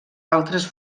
altres